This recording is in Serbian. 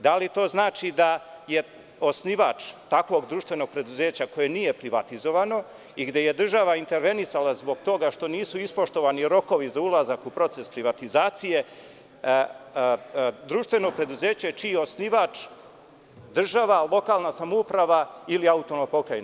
Da li to znači da je osnivač takvog društvenog preduzeća, koje nije privatizovano i gde je država intervenisala zbog toga što nisu ispoštovani rokovi za ulazak u proces privatizacije društveno preduzeće, država, lokalna samouprava ili autonomna pokrajina?